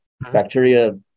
Bacteria